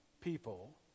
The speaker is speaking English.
people